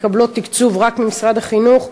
מקבלות תקציב רק ממשרד החינוך,